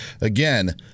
again